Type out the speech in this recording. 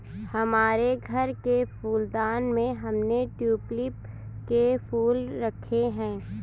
हमारे घर के फूलदान में हमने ट्यूलिप के फूल रखे हैं